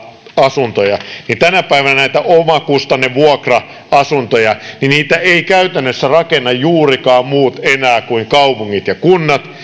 asuntoja niin tämä päivänä näitä omakustannevuokra asuntoja eivät käytännössä rakenna enää juurikaan muut kuin kaupungit ja kunnat